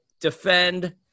Defend